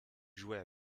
jouait